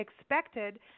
Expected